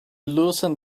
loosened